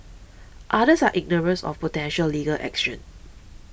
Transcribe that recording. others are ignorant of potential legal action